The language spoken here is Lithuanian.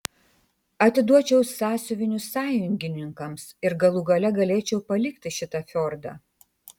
atiduočiau sąsiuvinius sąjungininkams ir galų gale galėčiau palikti šitą fjordą